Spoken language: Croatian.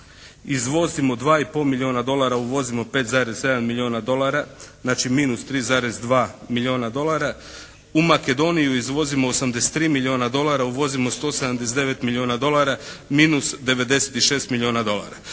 dva i pol milijuna dolara. Uvozimo 5,7 milijuna dolara. Znači minus 3,2 milijuna dolara. U Makedoniju izvozimo 83 milijuna dolara. Uvozimo 179 milijuna dolara minus 96 milijuna dolara.